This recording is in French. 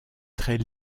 trait